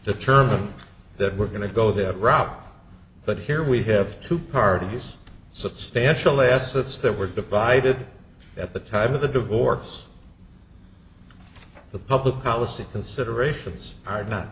determined that we're going to go that route but here we have two parties substantial assets that were divided at the time of the divorce the public policy considerations are not